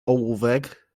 ołówek